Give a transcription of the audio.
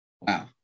wow